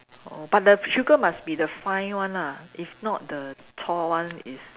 oh but the sugar must be the fine one ah if not the one is